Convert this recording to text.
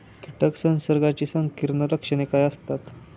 कीटक संसर्गाची संकीर्ण लक्षणे काय असतात?